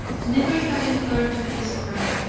never having heard of this crime,